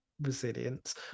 resilience